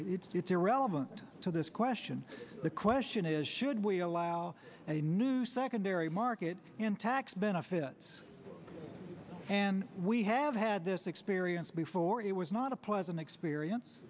it's it's irrelevant to this question the question is should we allow a new secondary market in tax benefits and we have had this experience before it was not a pleasant experience